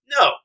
no